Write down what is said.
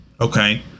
Okay